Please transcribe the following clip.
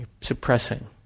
suppressing